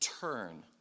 turn